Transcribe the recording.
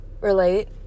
relate